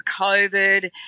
COVID